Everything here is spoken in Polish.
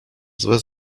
złe